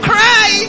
Cry